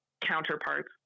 counterparts